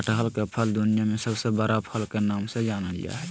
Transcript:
कटहल के फल दुनिया में सबसे बड़ा फल के नाम से जानल जा हइ